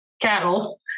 cattle